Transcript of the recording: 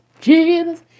Jesus